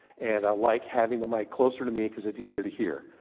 and i like having the mic closer to me, cause it's easier to hear.